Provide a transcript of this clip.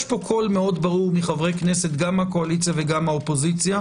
יש קול מאוד ברור מחברי כנסת גם מהקואליציה וגם מהאופוזיציה,